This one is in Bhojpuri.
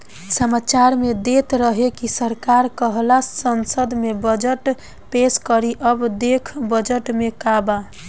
सामाचार में देत रहे की सरकार काल्ह संसद में बजट पेस करी अब देखऽ बजट में का बा